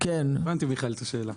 הבנתי את השאלה.